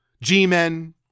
G-Men